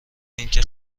اینکه